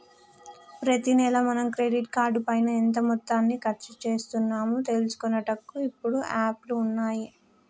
ప్రతి నెల మనం క్రెడిట్ కార్డు పైన ఎంత మొత్తాన్ని ఖర్చు చేస్తున్నాము తెలుసుకొనుటకు ఇప్పుడు యాప్లు ఉన్నాయి